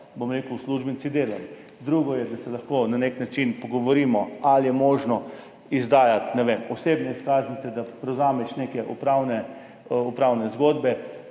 še dodatno delali. Drugo je, da se lahko na nek način pogovorimo, ali je možno izdajati, ne vem, osebne izkaznice, da prevzameš neke upravne zgodbe,